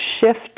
shift